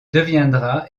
deviendra